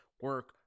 Work